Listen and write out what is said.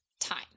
time